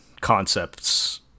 concepts